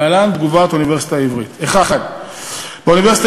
להלן תגובת האוניברסיטה העברית: 1. באוניברסיטה